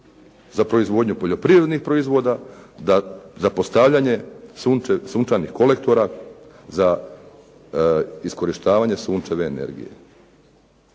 za proizvodnju poljoprivrednih proizvoda da za postavljanje sunčevih kolektora za iskorištavanje sunčeve energije.